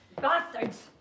bastards